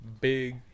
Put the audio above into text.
Big